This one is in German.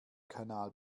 kanal